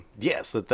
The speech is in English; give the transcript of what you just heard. Yes